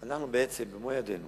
בעצם, אנחנו במו ידינו